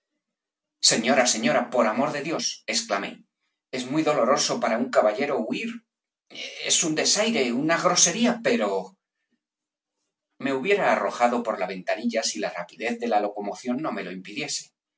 señora señora por amor de dios exclamé es muy doloroso para un caballero huir es un desaire una grosería pero me hubiera arrojado por la ventanilla si la rapidez de la locomoción no me lo impidiese